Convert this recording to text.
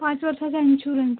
पाच वर्षाचा इन्शुरन्स